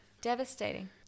Devastating